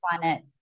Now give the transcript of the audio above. planet